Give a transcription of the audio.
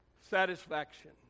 Satisfaction